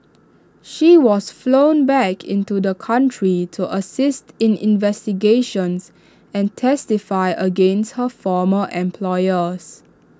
she was flown back into the country to assist in investigations and testify against her former employers